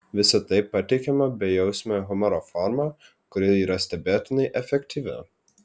visa tai pateikiama bejausmio humoro forma kuri yra stebėtinai efektyvi